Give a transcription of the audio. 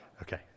okay